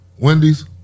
Wendy's